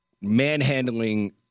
manhandling